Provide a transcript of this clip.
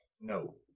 No